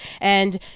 and-